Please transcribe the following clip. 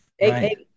right